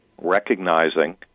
recognizing